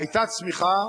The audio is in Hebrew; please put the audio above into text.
היתה צמיחה,